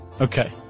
Okay